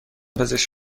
پزشک